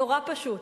נורא פשוט.